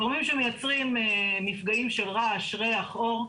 גורמים שמייצרים מפגעים של רעש, ריח, אור.